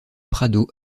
prado